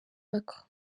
macron